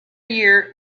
year